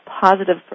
positive